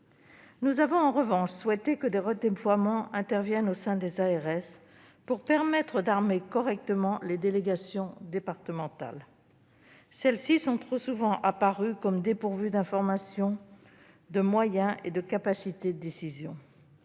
nous avons souhaité que des redéploiements interviennent au sein des ARS, afin de permettre d'armer correctement les délégations départementales, qui ont trop souvent semblé dépourvues d'informations, de moyens et de capacités de décision.